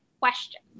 question